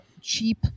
cheap